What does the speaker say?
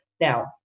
now